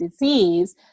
disease